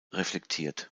reflektiert